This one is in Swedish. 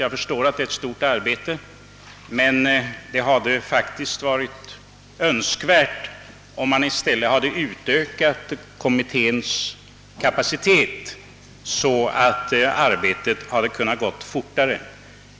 Jag förstår att det är ett stort arbete utredningen har, men det hade varit önskvärt att man i stället hade utökat kommitténs kapacitet så att arbetet hade kunnat bedrivas fortare.